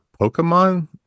Pokemon